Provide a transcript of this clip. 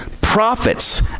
prophets